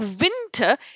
winter